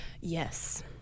Yes